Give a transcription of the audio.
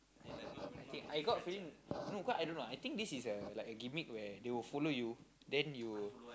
I got for him no cause I don't know I think this is a like a gimmick where they will follow you then you